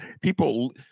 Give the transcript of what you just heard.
people